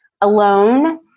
alone